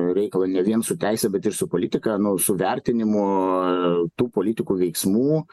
reikalą ne vien su teise bet ir su politika nu su vertinimu tų politikų veiksmų